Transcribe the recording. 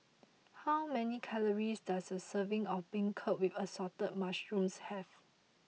how many calories does a serving of Beancurd with Assorted Mushrooms have